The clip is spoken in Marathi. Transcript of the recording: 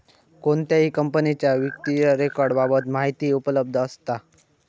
कोणत्याही कंपनीच्या वित्तीय रेकॉर्ड बाबत माहिती उपलब्ध असता